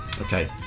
Okay